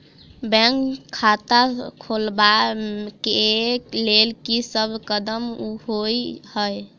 Bank खाता खोलबाबै केँ लेल की सब कदम होइ हय?